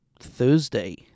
Thursday